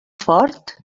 fort